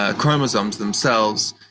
ah chromosomes themselves.